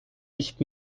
nicht